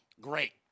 Great